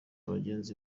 bagenzi